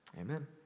amen